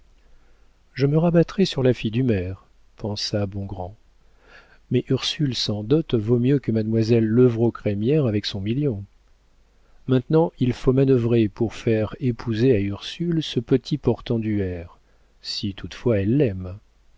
je me rabattrai sur la fille du maire pensa bongrand mais ursule sans dot vaut mieux que mademoiselle levrault crémière avec son million maintenant il faut manœuvrer pour faire épouser à ursule ce petit portenduère si toutefois elle l'aime